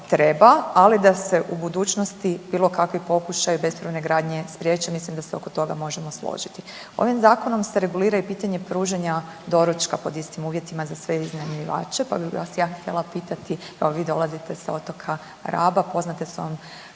ali da se u budućnosti bilo kakvi pokušaji bespravne gradnje spriječe, mislim da se oko toga možemo složiti. Ovim zakonom se regulira i pitanje pružanja doručka pod istim uvjetima za sve iznajmljivače pa bi vas ja htjela pitati, evo vi dolazite sa otoka Raba, poznate su vam